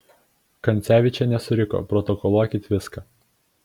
kancevyčienė suriko protokoluokit viską